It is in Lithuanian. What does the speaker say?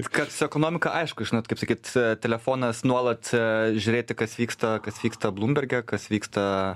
kad su ekonomika aišku žinot kaip sakyt telefonas nuolat žiūrėti kas vyksta kas vyksta blumberge kas vyksta